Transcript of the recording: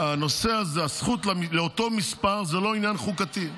שהזכות לאותו מספר זה לא עניין חוקתי.